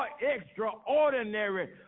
extraordinary